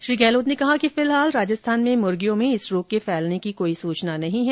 श्री गहलोत ने कहा कि फिलहाल राजस्थान में मुर्गियों में इस रोग के फैलने की कोई सूचना नहीं है